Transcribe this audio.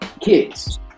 Kids